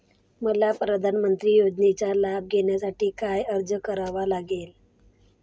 मला प्रधानमंत्री योजनेचा लाभ घेण्यासाठी काय अर्ज करावा लागेल?